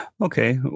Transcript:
Okay